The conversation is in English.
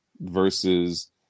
versus